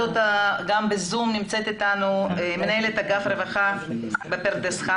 בזום נמצאת איתנו מנהלת אגף הרווחה בפרדס-חנה